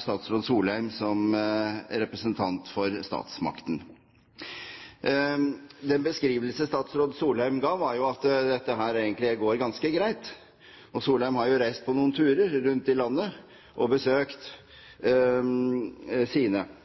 statsråd Solheim som representant for statsmakten. Den beskrivelse statsråd Solheim ga, var at dette egentlig går ganske greit, og Solheim har jo reist på noen turer rundt om i landet og besøkt sine.